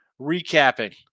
recapping